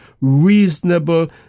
reasonable